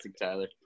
tyler